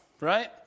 right